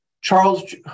Charles